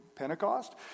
Pentecost